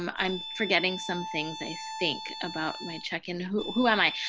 um i'm forgetting somethings, i think, about my check-in. who who am i?